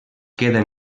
queda